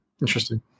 Interesting